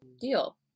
deal